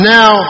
Now